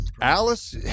Alice